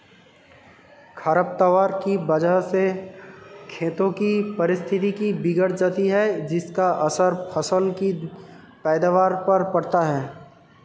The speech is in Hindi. खरपतवार की वजह से खेतों की पारिस्थितिकी बिगड़ जाती है जिसका असर फसल की पैदावार पर पड़ता है